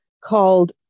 called